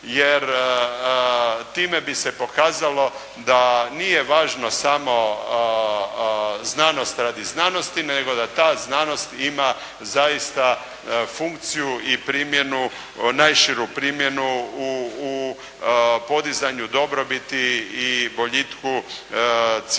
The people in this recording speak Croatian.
jer time bi se pokazalo da nije važno samo znanost radi znatnosti, nego da ta znanost ima zaista funkciju i primjenu, najširu primjenu u podizanju dobrobiti boljitku cijelog